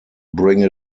bring